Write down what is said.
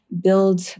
build